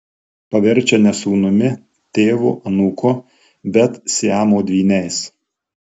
paverčia ne sūnumi tėvu anūku bet siamo dvyniais